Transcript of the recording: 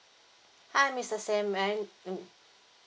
hi mister simon